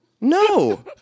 No